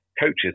coaches